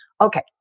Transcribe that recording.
Okay